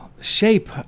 shape